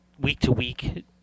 week-to-week